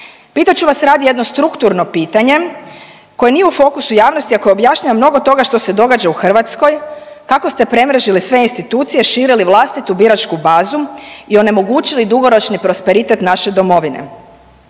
Pitat ću vas radije jedno strukturno pitanje koje nije u fokusu javnosti, a koje objašnjava mnogo toga što se događa u Hrvatskoj kako ste premrežili sve institucije, širili vlastitu biračku bazu i onemogućili dugoročni prosperitet naše domovine.